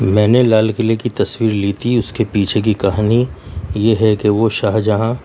میں نے لال قلعے کی تصویر لی تھی اس کے پیچھے کی کہانی یہ ہے کہ وہ شاہجہاں